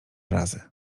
razy